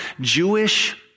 Jewish